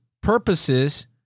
purposes